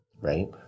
right